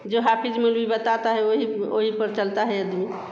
जो हाफिज़ मौलवी बताते हैं वही वही पर चलते हैं